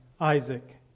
Isaac